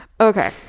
okay